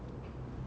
true